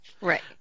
Right